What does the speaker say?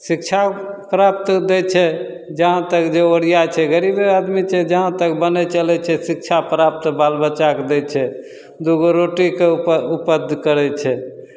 शिक्षा प्राप्त दै छै जहाँ तक जे ओरियाइ छै गरीबे आदमी छै जहाँ तक बनय चलय छै शिक्षा प्राप्त बाल बच्चाके दै छै दू गो रोटीके उपज करय छै